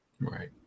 Right